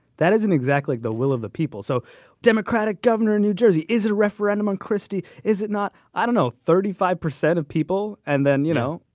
that isn't exactly the will of the people. so democratic governor in new jersey. is it a referendum on christie? is it not? i don't know thirty five percent of people. and then, you know,